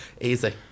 Easy